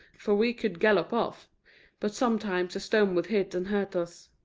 for we could gallop off but sometimes a stone would hit and hurt us.